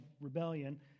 rebellion